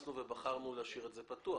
התייחסנו ובחרנו להשאיר את זה פתוח.